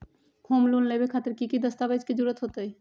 Home loan लेबे खातिर की की दस्तावेज के जरूरत होतई?